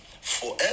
Forever